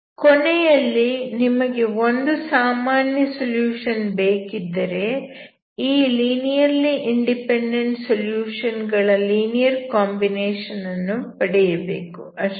ಕೊನೆಯಲ್ಲಿ ನಿಮಗೆ ಒಂದು ಸಾಮಾನ್ಯ ಸೊಲ್ಯೂಷನ್ ಬೇಕಿದ್ದರೆ ಈ ಲೀನಿಯರ್ಲಿ ಇಂಡಿಪೆಂಡೆಂಟ್ ಸೊಲ್ಯೂಷನ್ ಗಳ ಲೀನಿಯರ್ ಕಾಂಬಿನೇಷನ್ ಅನ್ನು ಪಡೆಯಬೇಕು ಅಷ್ಟೇ